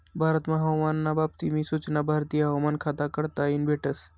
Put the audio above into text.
भारतमा हवामान ना बाबत नी सूचना भारतीय हवामान खाता कडताईन भेटस